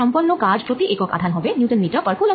সম্পন্ন কাজ প্রতি একক আধান হবে নিউটন মিটার প্রতি কুলম্ব